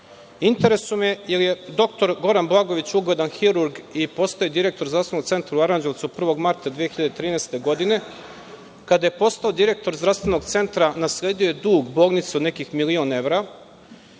interesuje me jer je doktor Goran Blagojević ugledan hirurg i postao je direktor Zdravstvenog centra u Aranđelovcu 1. marta 2013. godine. Kada je postao direktor Zdravstvenog centra nasledio je dug bolnice od nekih milion evra